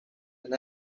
and